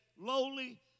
lowly